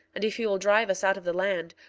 and if he will drive us out of the land,